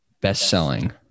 best-selling